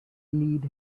lead